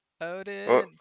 Odin